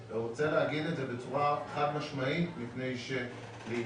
אני רוצה להגיד את זה בצורה חד משמעית מפני שלעתים